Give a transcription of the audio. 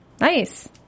Nice